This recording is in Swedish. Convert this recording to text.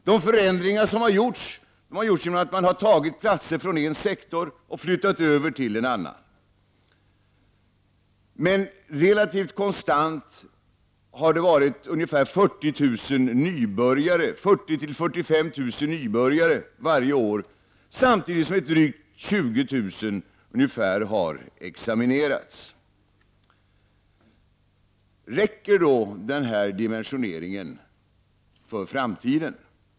De förändringar som har gjorts har skett genom att man har tagit platser från en sektor och flyttat över till en annan. Det har konstant varit ca 40 000—45 000 nybörjare varje år samtidigt som drygt 20 000 studenter har examinerats. Räcker då den här dimensioneringen för framtiden?